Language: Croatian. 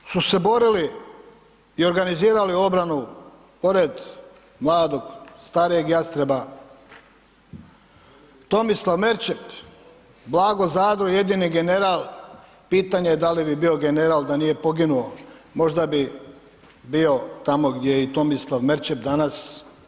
U Vukovaru su se borili i organizirali obranu pored mladog, starijeg Jastreba, Tomislav Merčep, Blago Zadro jedini general, pitanje da li bi bio general da nije poginuo, možda bi bio tamo gdje je i Tomislav Merčep danas.